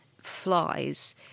flies